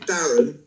Darren